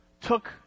took